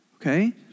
okay